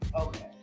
Okay